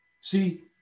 See